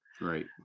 Right